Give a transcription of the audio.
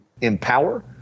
empower